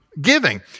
giving